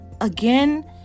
again